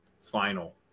final